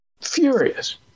furious